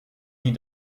die